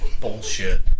bullshit